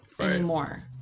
anymore